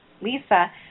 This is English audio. Lisa